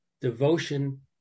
devotion